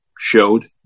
showed